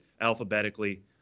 alphabetically